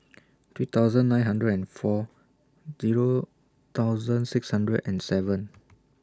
three thousand nine hundred and four Zero thousand six hundred and seven